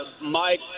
Mike